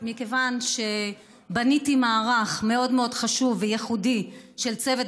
מכיוון שבניתי מערך מאוד מאוד חשוב וייחודי של צוות